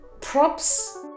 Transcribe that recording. Props